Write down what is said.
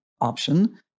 option